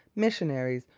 missionaries,